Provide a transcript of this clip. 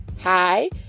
hi